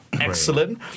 excellent